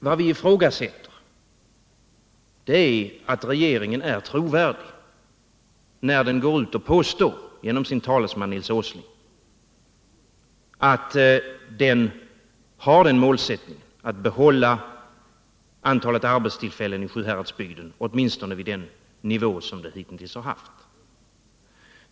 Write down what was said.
Vad vi ifrågasätter är att regeringen är trovärdig när den genom sin talesman Nils Åsling går ut och påstår att den har den målsättningen att behålla antalet arbetstillfällen i Sjuhäradsbygden åtminstone vid den nivå som de hittills har haft.